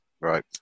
Right